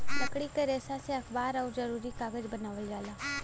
लकड़ी क रेसा से अखबार आउर जरूरी कागज बनावल जाला